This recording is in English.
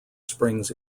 springs